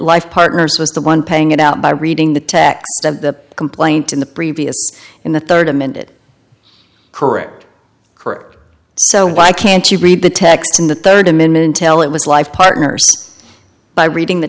life partners was the one paying it out by reading the text of the complaint in the previous in the third amend it correct correct so why can't you read the text in the third amendment tell it was life partners by reading the